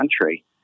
country